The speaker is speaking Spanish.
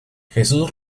jesús